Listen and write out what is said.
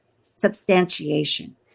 Substantiation